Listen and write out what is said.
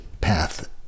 path